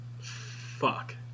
Fuck